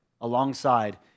alongside